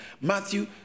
Matthew